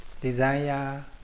desire